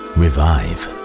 revive